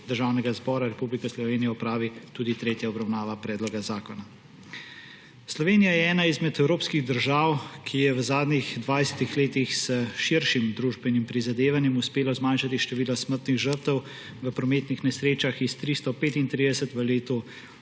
Državnega zbora opravi tudi tretja obravnava predloga zakona. Slovenija je ena izmed evropskih držav, ki ji je v zadnjih 20 letih s širšim družbenim prizadevanjem uspelo zmanjšati število smrtnih žrtev v prometnih nesrečah s 335 v letu